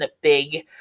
big